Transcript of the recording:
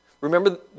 remember